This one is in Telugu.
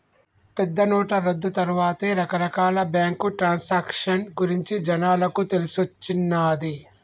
పెద్దనోట్ల రద్దు తర్వాతే రకరకాల బ్యేంకు ట్రాన్సాక్షన్ గురించి జనాలకు తెలిసొచ్చిన్నాది